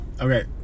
okay